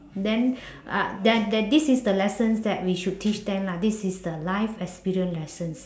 then uh then then this is the lessons that we should teach them lah this is the life experience lessons